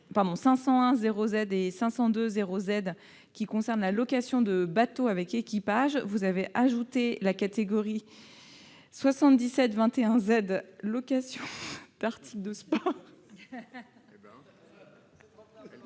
-5010Z et 5020Z, qui concernent la location de bateaux avec équipage. Vous avez ajouté la catégorie 7721Z, location et